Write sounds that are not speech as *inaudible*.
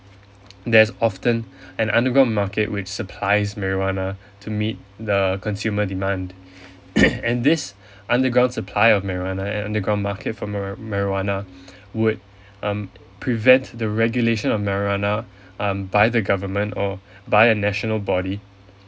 there's often an underground market which supplies marijuana to meet the consumer demand *coughs* and this underground supply of marijuana and underground market for mari~ marijuana would um prevent the regulation of marijuana um by the government or by a national body